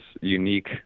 unique